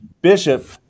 Bishop